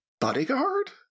bodyguard